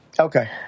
okay